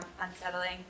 unsettling